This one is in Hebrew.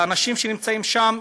לאנשים שנמצאים שם.